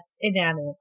inanimate